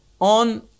on